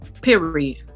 Period